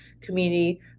community